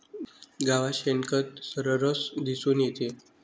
गावात शेणखत सर्रास दिसून येते